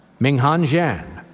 minghan zhan.